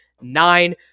nine